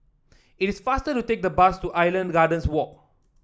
it is faster to take the bus to Island Gardens Walk